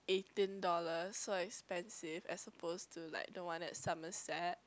eighteen dollars so expensive as opposed to like the one at Somerset